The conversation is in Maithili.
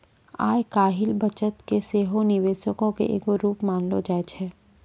आइ काल्हि बचत के सेहो निवेशे के एगो रुप मानलो जाय छै